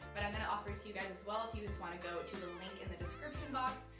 but i'm gonna offer it to you guys as well, if you just wanna go to the link in the description box.